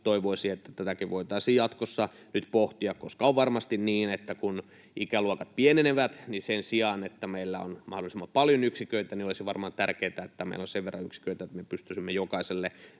toivoisin, että tätäkin voitaisiin jatkossa nyt pohtia, koska on varmasti niin, että kun ikäluokat pienenevät, niin sen sijaan, että meillä on mahdollisimman paljon yksiköitä, olisi varmaan tärkeätä, että meillä on sen verran yksiköitä, että me pystyisimme jokaiselle